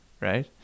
Right